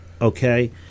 Okay